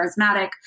charismatic